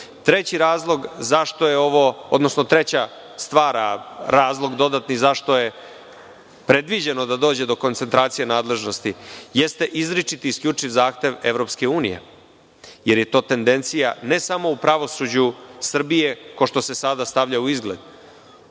Treći razlog, odnosno treća stvar a razlog dodatni, zašto je predviđeno da dođe do koncentracije nadležnosti, jeste i izričit i isključiv zahtev EU, jer je to tendencija ne samo u pravosuđu Srbije, ko što se sada stavlja u izgled.